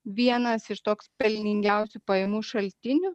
vienas iš toks pelningiausių pajamų šaltinių